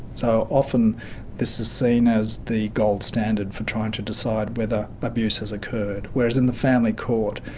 so often this is seen as the gold standard for trying to decide whether abuse has occurred, whereas in the family court,